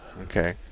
Okay